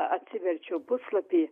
atsiverčiau puslapį